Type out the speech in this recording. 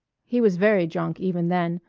he was very drunk even then,